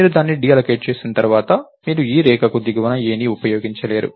మీరు దాన్ని డీఅల్లోకేట్ చేసిన తర్వాత మీరు ఈ రేఖకు దిగువన a ని ఉపయోగించలేరు